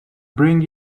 bring